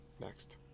Next